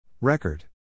Record